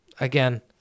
again